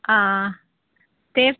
हां ते